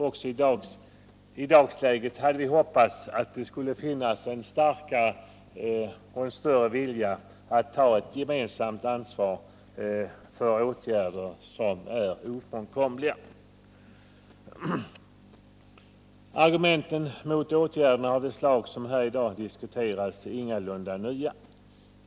Också i dagsläget hade vi hoppats att det skulle finnas en starkare vilja att ta ett gemensamt ansvar för åtgärder som är ofrånkomliga. Argumenten mot åtgärder av det slag som här i dag diskuterats är ingalunda nya.